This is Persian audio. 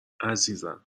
عزیزم